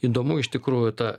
įdomu iš tikrųjų ta